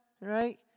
Right